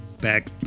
back